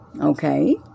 Okay